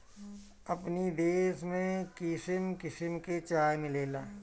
अपनी देश में किसिम किसिम के चाय मिलेला